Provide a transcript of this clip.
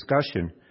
discussion